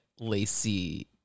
lacy